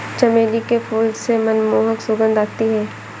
चमेली के फूल से मनमोहक सुगंध आती है